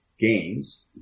gains